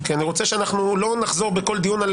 כי אני רוצה שאנחנו לא נחזור בכל דיון על